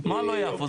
מה לא יפו?